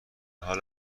حال